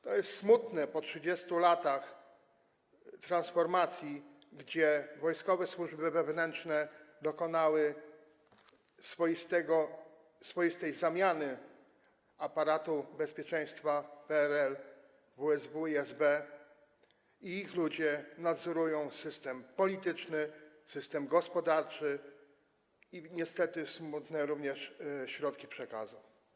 To jest smutne po 30 latach transformacji - wojskowe służby wewnętrzne dokonały swoistej zamiany aparatu bezpieczeństwa PRL, WSW i SB, i ich ludzie nadzorują system polityczny, system gospodarczy i niestety, to smutne, również środki przekazu.